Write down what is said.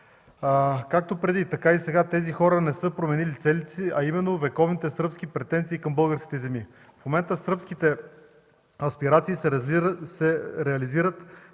Както преди, така и сега тези хора не са променили целите си, а именно вековните сръбски претенции към българските земи. В момента сръбските аспирации се реализират